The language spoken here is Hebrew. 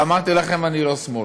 ואמרתי לכם, אני לא שמאל.